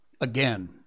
Again